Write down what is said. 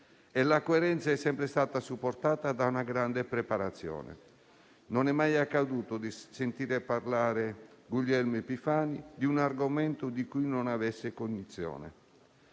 e la coerenza è sempre stata supportata da una grande preparazione. Non è mai accaduto di sentire parlare Guglielmo Epifani di un argomento di cui non avesse cognizione.